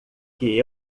que